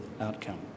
outcome